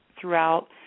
throughout